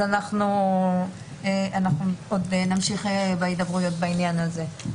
נמשיך בהידברויות בעניין הזה.